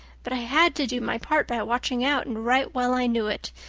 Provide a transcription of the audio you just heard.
but i had to do my part by watching out and right well i knew it.